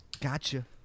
Gotcha